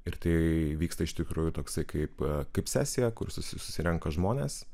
ir tai vyksta iš tikrųjų toksai kaip kaip sesija kur susirenka žmonės